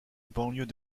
banlieue